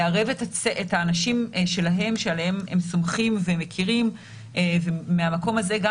לערב את האנשים שלהם שעליהם הם סומכים ומכירים ומהמקום הזה גם